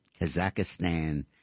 Kazakhstan